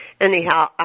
Anyhow